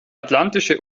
atlantische